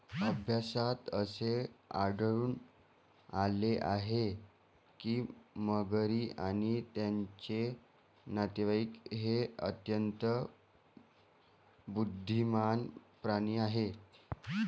अभ्यासात असे आढळून आले आहे की मगरी आणि त्यांचे नातेवाईक हे अत्यंत बुद्धिमान प्राणी आहेत